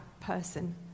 person